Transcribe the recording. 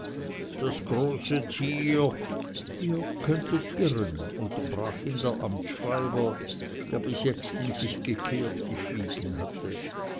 das große tier ihr könntet irren unterbrach ihn der amtsschreiber der bis jetzt in sich gekehrt geschwiegen hatte